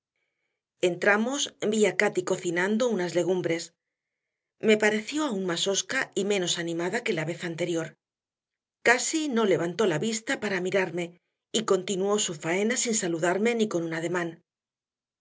vi a cati cocinando unas legumbres me pareció aún más hosca y menos animada que la vez anterior casi no levantó la vista para mirarme y continuó su faena sin saludarme ni con un